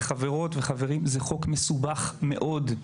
וחברות וחברים זה חוק מסובך מאוד.